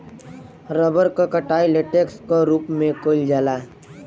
rubber क कटाई latex क रूप में कइल जाला